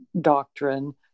doctrine